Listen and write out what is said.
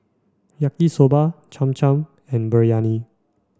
Yaki Soba Cham Cham and Biryani